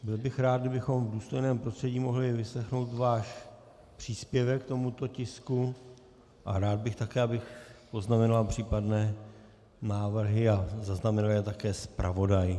Byl bych rád, kdybychom v důstojném prostředí mohli vyslechnout váš příspěvek k tomuto tisku, a rád bych také, abych si poznamenal případné návrhy a zaznamenal je také zpravodaj.